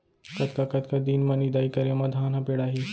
कतका कतका दिन म निदाई करे म धान ह पेड़ाही?